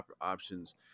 options